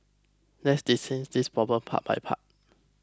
let's dissect this problem part by part